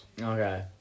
Okay